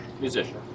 musician